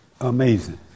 amazing